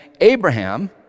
Abraham